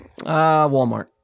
Walmart